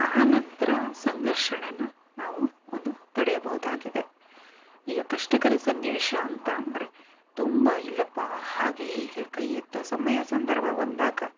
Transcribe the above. ಆ ನಂತರ ಸಂಘರ್ಷಣೆಯನ್ನು ನಾವು ಒಂದು ತಡೆಯಬಹುದಾಗಿದೆ ಈಗ ಕಷ್ಟಕರ ಸನ್ನಿವೇಶ ಅಂತ ಅಂದರೆ ತುಂಬ ಇಲ್ಲಪ್ಪ ಹಾಗೆ ಹೀಗೆ ಕೈ ಎತ್ತೋ ಸಮಯ ಸಂದರ್ಭ ಬಂದಾಗ